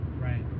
Right